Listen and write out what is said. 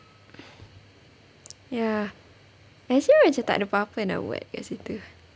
ya actually macam takde apa-apa nak buat kat situ